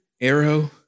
arrow